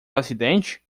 acidente